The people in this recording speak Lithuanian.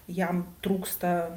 jam trūksta